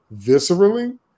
viscerally